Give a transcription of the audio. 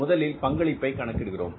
முதலில் பங்களிப்பை கணக்கிடுகிறோம்